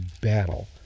battle